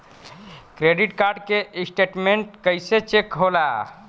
Credit card के statement कइसे check होला?